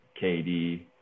KD